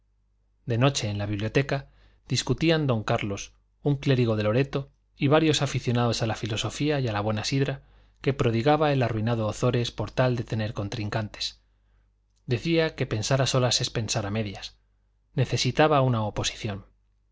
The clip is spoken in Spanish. de noche en la biblioteca discutían don carlos un clérigo de loreto y varios aficionados a la filosofía y a la buena sidra que prodigaba el arruinado ozores por tal de tener contrincantes decía que pensar a solas es pensar a medias necesitaba una oposición